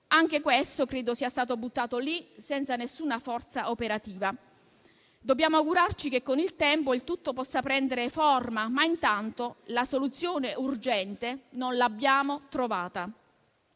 Anche questo credo sia stato buttato lì senza alcuna forza operativa. Dobbiamo augurarci che con il tempo il tutto possa prendere forma, ma intanto la soluzione urgente non l'abbiamo trovata.